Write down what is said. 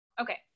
Okay